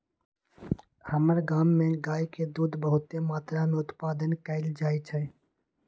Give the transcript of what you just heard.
हमर गांव में गाय के दूध बहुते मत्रा में उत्पादन कएल जाइ छइ